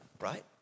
right